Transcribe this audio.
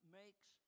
makes